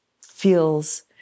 feels